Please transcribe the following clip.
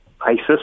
ISIS